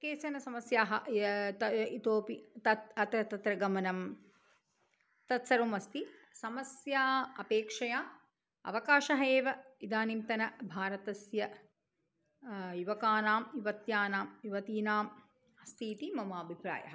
काश्चन समस्याः य त इतोऽपि तत् अतः तत्र गमनं तत्सर्वम् अस्ति समस्या अपेक्षया अवकाशः एव इदानींतनभारतस्य युवकानां युवतीनां युवतीनाम् अस्ति इति मम अभिप्रायः